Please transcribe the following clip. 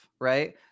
right